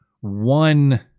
one